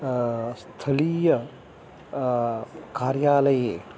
स्थलीय कार्यालये